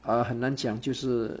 ah 很难讲就是